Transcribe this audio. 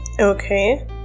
Okay